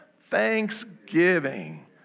thanksgiving